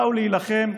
באו להילחם.